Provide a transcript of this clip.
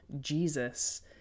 Jesus